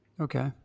Okay